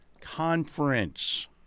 Conference